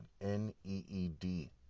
N-E-E-D